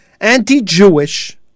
anti-Jewish